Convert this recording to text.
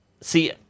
See